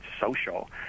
social